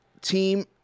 Team